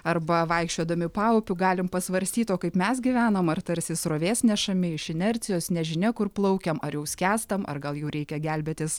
arba vaikščiodami paupiu galim pasvarstyt o kaip mes gyvenam ar tarsi srovės nešami iš inercijos nežinia kur plaukiam ar jau skęstam ar gal jau reikia gelbėtis